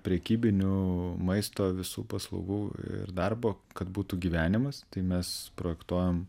prekybinių maisto visų paslaugų ir darbo kad būtų gyvenimas tai mes projektuojam